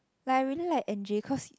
like I really N_J cause